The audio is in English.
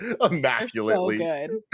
Immaculately